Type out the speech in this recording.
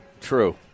True